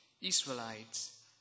Israelites